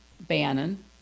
Bannon